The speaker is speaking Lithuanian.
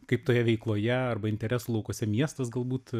kaip toje veikloje arba interesų laukuose miestas galbūt